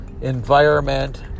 environment